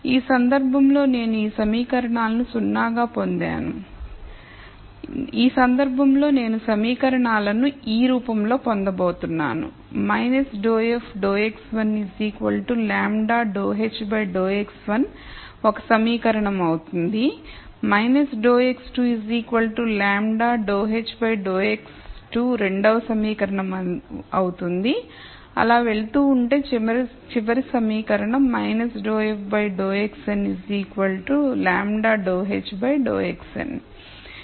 ఈ సందర్భంలో నేను ఈ సమీకరణాలను 0 గా పొందాను ఈ సందర్భంలో నేను సమీకరణాలను ఈ రూపంలో పొందబోతున్నాను ∂f∂x1 λ ∂h∂x1 ఒక సమీకరణం అవుతుంది ∂x2 λ ∂h∂x2 రెండవ సమీకరణం అవుతుంది అలా వెళ్తూ ఉంటే చివరి సమీకరణం ∂f ∂ xn λ ∂h ∂xn